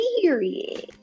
Period